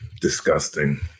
disgusting